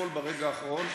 הכול ברגע האחרון,